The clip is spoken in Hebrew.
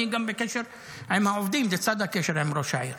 אני גם בקשר עם העובדים לצד הקשר עם ראש העיר.